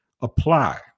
Apply